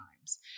times